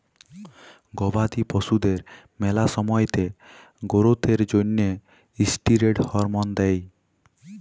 গবাদি পশুদের ম্যালা সময়তে গোরোথ এর জ্যনহে ষ্টিরেড হরমল দেই